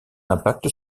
impact